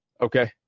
Okay